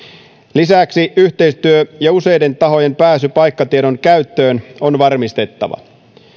lisäksi yhteistyö ja useiden tahojen pääsy paikkatiedon käyttöön on varmistettava